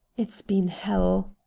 it's been hell!